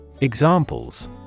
Examples